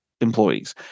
employees